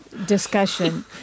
discussion